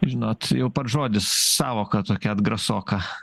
žinot jau pats žodis sąvoka tokia atgrasoka